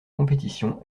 compétition